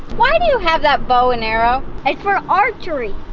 why do you have that bow and arrow? it's for archery.